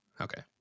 Okay